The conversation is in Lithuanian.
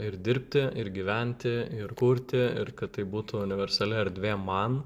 ir dirbti ir gyventi ir kurti ir kad tai būtų universali erdvė man